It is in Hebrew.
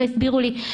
לא הסבירו לי.